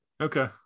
Okay